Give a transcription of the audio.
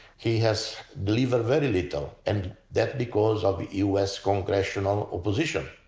he has delivered very little and that because of the u s. congressional opposition.